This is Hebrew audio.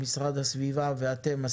עם המשרד להגנת הסביבה ואתכם,